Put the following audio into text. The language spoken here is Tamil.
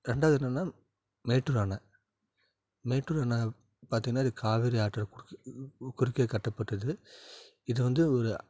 ரெண்டாவது என்னன்னா மேட்டூர் அணை மேட்டூர் அணை பார்த்திங்கனா அது காவேரி ஆற்றுக்கு குறுக்கே குறுக்கே கட்டப்பட்டது இது வந்து ஒரு